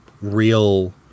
real